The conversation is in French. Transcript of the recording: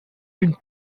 une